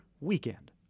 Weekend